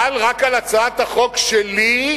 חל רק על הצעת החוק שלי,